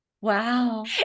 Wow